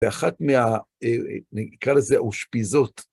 ואחת מה... נקרא לזה האושפיזות.